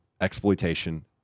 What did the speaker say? exploitation